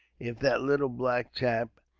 if that little black chap,